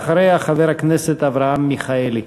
ואחריה חבר הכנסת אברהם מיכאלי.